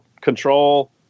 control